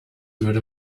würde